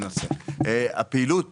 הפעלת